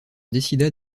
décida